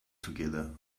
together